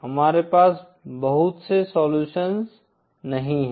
हमारे पास बहुत से सोल्युशन नहीं हैं